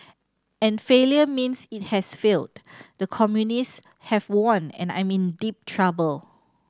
and failure means it has failed the communist have won and I'm in deep trouble